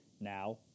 Now